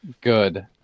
Good